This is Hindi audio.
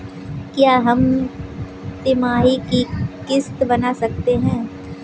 क्या हम तिमाही की किस्त बना सकते हैं?